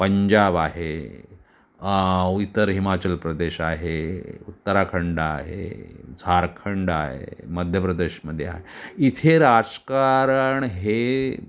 पंजाब आहे इतर हिमाचल प्रदेश आहे उत्तराखंड आहे झारखंड आहे मध्यप्रदेशमध्ये आहे इथे राजकारण हे